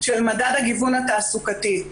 של מדד הגיוון התעסוקתי.